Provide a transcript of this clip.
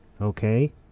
Okay